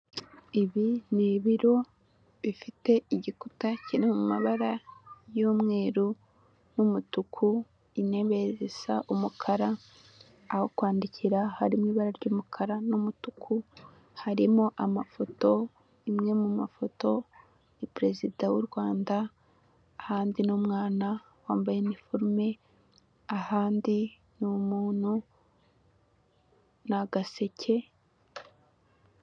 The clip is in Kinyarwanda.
Ibi ni ibiro bifite igikuta kiri mu mabara y'umweru n'umutuku, intebe zisa umukara, aho kwandikira hari mu ibara ry'umukara n'umutuku, harimo amafoto, imwe mu mafoto ni perezida w'u Rwanda ahandi ni umwana wambaye iniforume, ahandi ni umuntu ni agaseke.